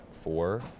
four